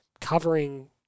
covering